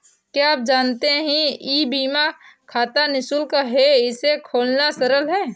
क्या आप जानते है ई बीमा खाता निशुल्क है, इसे खोलना सरल है?